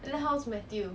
everybody